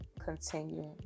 continue